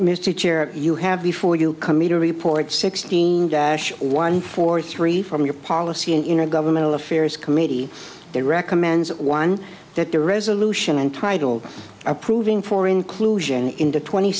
mr chair you have before you committee report sixteen dash one for three from your policy an intergovernmental affairs committee that recommends one that the resolution entitled approving for inclusion in the twenty